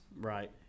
right